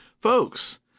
Folks